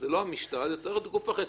זה לא המשטרה, זה צריך להיות גוף אחר.